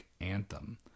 anthem